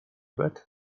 bed